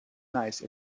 nice